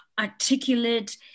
articulate